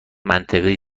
منطقی